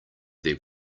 their